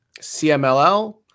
CMLL